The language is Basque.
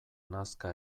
nazka